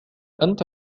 أنت